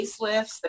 facelifts